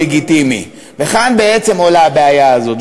לגיטימי, וכאן בעצם עולה הבעיה הזאת.